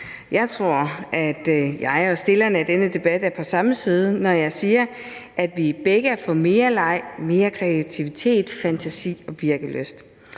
Jeg tror, at jeg og stillerne af denne forespørgsel er på samme side, når jeg siger, at vi begge er for mere leg, mere kreativitet, fantasi og virkelyst.